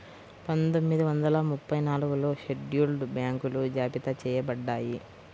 పందొమ్మిది వందల ముప్పై నాలుగులో షెడ్యూల్డ్ బ్యాంకులు జాబితా చెయ్యబడ్డాయి